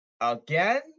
again